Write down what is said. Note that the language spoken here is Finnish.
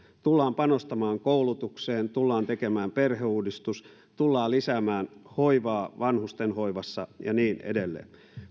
tullaan panostamaan koulutukseen tullaan tekemään perheuudistus tullaan lisäämään hoivaa vanhustenhoivassa ja niin edelleen